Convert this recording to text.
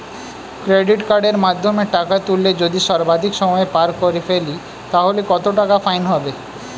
Credit কার্ডের মাধ্যমে টাকা তুললে যদি সর্বাধিক সময় পার করে ফেলি তাহলে কত টাকা ফাইন হবে?